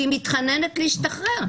והיא מתחננת להשתחרר.